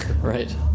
Right